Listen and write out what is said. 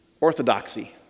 Orthodoxy